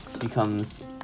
becomes